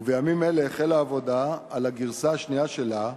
ובימים אלה החלה עבודה על הגרסה השנייה שלה,